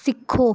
सिक्खो